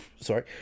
Sorry